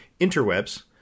interwebs